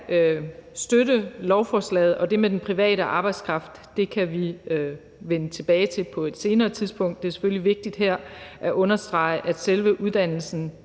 støtte lovforslaget, og det med den private arbejdskraft kan vi vende tilbage til på et senere tidspunkt. Det er selvfølgelig vigtigt her at understrege, at selve diplomuddannelsen